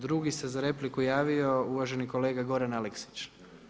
Drugi se za repliku javio uvaženi kolega Goran Aleksić.